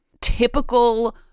typical